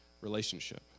relationship